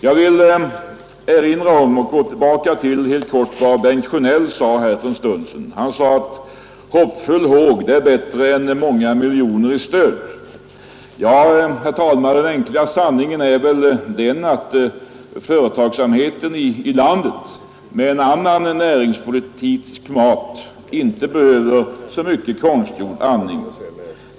Jag vill också helt kort gå tillbaka till vad herr Bengt Sjönell anförde för en stund sedan. Han sade att hoppfull håg är bättre än många miljoner kronor i stöd. Ja, herr talman, den enkla sanningen är väl den att företagsamheten i landet med ett annat näringspolitisk klimat inte behöver så mycken konstgjord andning.